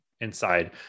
inside